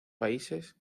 países